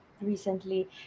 recently